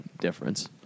difference